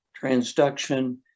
transduction